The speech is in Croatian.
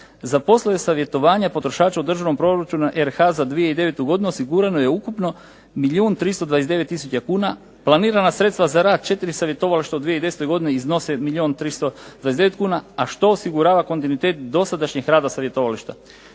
Za poslove savjetovanja potrošača u Državnom proračunu Republike Hrvatske za 2009. godinu osigurano je ukupno milijun 329 tisuća kuna. Planirana sredstva za rad četiri savjetovališta u 2010. godini iznose milijun 329 kuna a što osigurava kontinuitet dosadašnjeg rada savjetovališta.